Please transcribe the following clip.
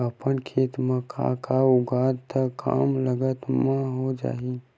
अपन खेत म का का उगांहु त कम लागत म हो जाही?